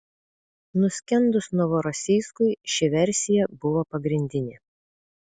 nuskendus novorosijskui ši versija buvo pagrindinė